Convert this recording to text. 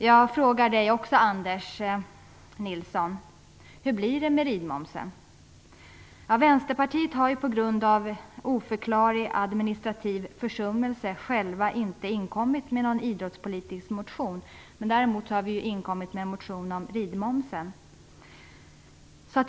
Också jag vill fråga Anders Nilsson hur det blir med ridmomsen. Vi i Vänsterpartiet har själva på grund av en oförklarlig administrativ försummelse inte inkommit med en idrottspolitisk motion. Däremot har vi en motion om ridmomsen.